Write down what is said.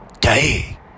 day